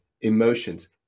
emotions